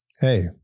hey